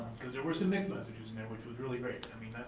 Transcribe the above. because there were some mixed messages in there which was really great, i mean,